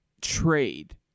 trade